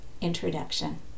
introduction